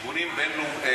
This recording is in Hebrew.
תראי, רויטל, באמת.